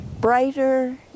brighter